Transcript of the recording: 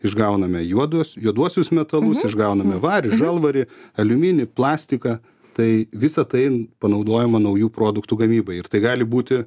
išgauname juodus juoduosius metalus išgauname varį žalvarį aliuminį plastiką tai visa tai panaudojama naujų produktų gamybai ir tai gali būti